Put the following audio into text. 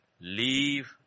Leave